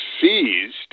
seized